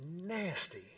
nasty